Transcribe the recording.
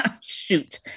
Shoot